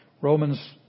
Romans